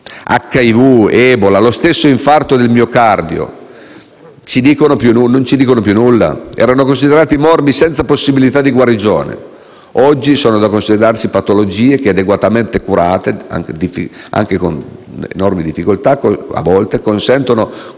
L'HIV, l'ebola o l'infarto del miocardio non ci dicono più nulla: erano considerati morbi senza possibilità di guarigione, ma oggi sono da considerarsi patologie che, adeguatamente curate - pur con enormi difficoltà, a volte - consentono